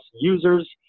users